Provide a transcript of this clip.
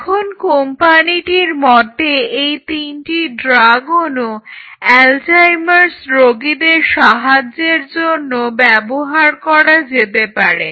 এখন কোম্পানিটির মতে এই তিনটি ড্রাগ অনু অ্যালজাইমার্স রোগীদের সাহায্যের জন্য ব্যবহার করা যেতে পারে